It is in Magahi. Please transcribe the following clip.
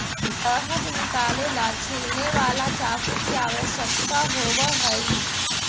शहद निकाले ला छिलने वाला चाकू की आवश्यकता होवअ हई